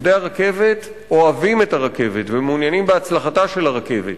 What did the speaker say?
עובדי הרכבת אוהבים את הרכבת ומעוניינים בהצלחתה של הרכבת.